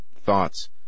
thoughts